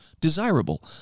desirable